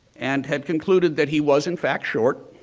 and had concluded that he was in fact short,